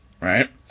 right